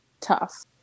tough